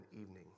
evening